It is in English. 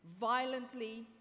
violently